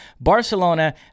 Barcelona